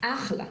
אחלה.